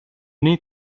need